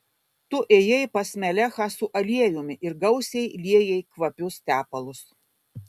tu ėjai pas melechą su aliejumi ir gausiai liejai kvapius tepalus